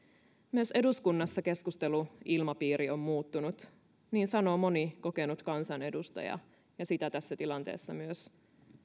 myös eduskunnassa keskusteluilmapiiri on muuttunut niin sanoo moni kokenut kansanedustaja ja sitä tässä tilanteessa myös